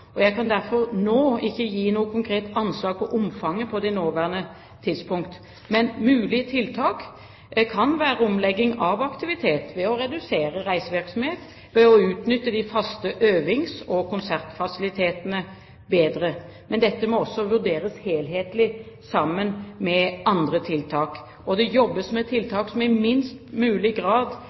og budsjettrammer. Jeg kan derfor ikke gi noe konkret anslag for omfanget på det nåværende tidspunkt, men mulige tiltak kan være omlegging av aktivitet ved å redusere reisevirksomhet og ved å utnytte de faste øvings- og konsertfasilitetene bedre. Men dette må også vurderes helhetlig sammen med andre tiltak, og det jobbes med tiltak som i minst mulig grad